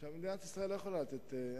מדינת ישראל לא יכולה לתת,